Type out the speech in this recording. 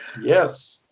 Yes